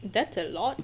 that's a lot